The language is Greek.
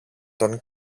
τον